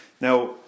Now